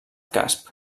casp